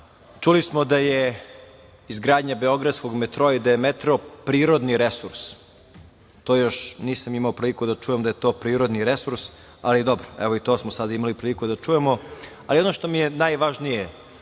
Čuli smo da je izgradnja beogradskog metroa i da je metro prirodni resurs. To još nisam imao priliku da čujem da je to prirodni resurs, ali dobro. Evo, i to smo sad imali priliku da čujemo. Ono što mi je najvažnije,